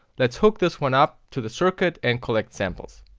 let's hook this one up to the circuit and collect samples.